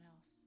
else